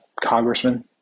congressman